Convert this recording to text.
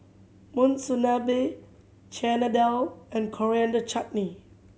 Monsunabe Chana Dal and Coriander Chutney